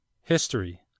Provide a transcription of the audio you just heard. History